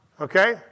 Okay